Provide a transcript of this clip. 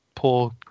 poor